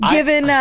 Given